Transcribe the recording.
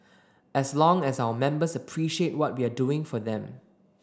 as long as our members appreciate what we are doing for them